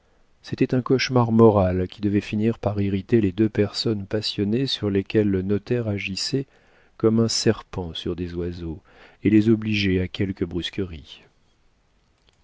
c'était un cauchemar moral qui devait finir par irriter les deux personnes passionnées sur lesquelles le notaire agissait comme un serpent sur des oiseaux et les obliger à quelque brusquerie